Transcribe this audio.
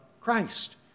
Christ